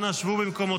אנא שבו במקומותיכם.